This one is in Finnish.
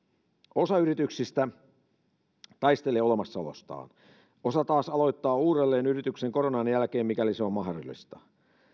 osa yrityksistä taistelee olemassaolostaan osa taas aloittaa yrityksen uudelleen koronan jälkeen mikäli se on mahdollista